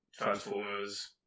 Transformers